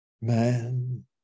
Man